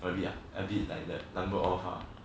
a bit a bit like the number off lah